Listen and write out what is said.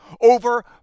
over